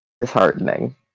disheartening